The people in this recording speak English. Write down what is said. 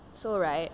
so right